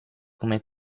come